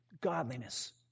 godliness